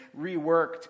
reworked